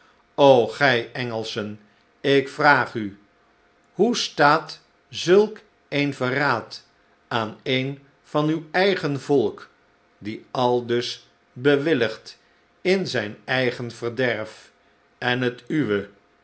gij engelschen ik vraag u hoe staat zulk een verraad aan een van uw eigen volk die aldus bewilligt in zijn eigen verderf en het uwe